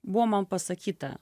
buvo man pasakyta